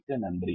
மிக்க நன்றி